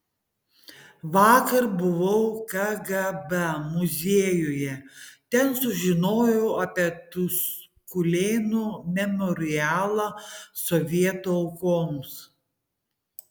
vakar buvau kgb muziejuje ten sužinojau apie tuskulėnų memorialą sovietų aukoms